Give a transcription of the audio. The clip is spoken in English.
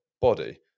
body